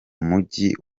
mugi